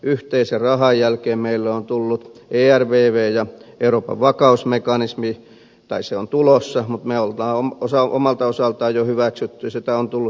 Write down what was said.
yhteisen rahan jälkeen meille on tullut ervv ja euroopan vakausmekanismi tai se on tulossa mutta me olemme omalta osaltamme sen jo hyväksyneet ja on tullut presidentti